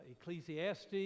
Ecclesiastes